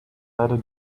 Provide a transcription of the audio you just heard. letter